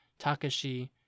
Takashi